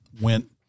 went